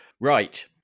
right